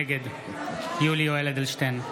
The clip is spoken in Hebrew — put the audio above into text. נגד יולי יואל אדלשטיין,